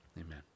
Amen